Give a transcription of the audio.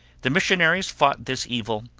the missionaries fought this evil,